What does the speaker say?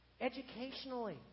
Educationally